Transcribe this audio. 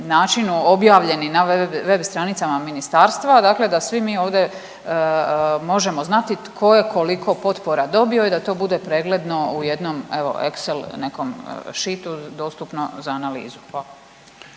načinu objavljeni na web stranicama ministarstva, dakle da svi mi ovdje možemo znati tko je koliko potpora dobio i da to bude pregledno u jednom evo Excel nekom shitu dostupno za analizu. Hvala.